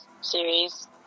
series